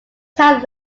town